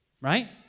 right